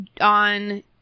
on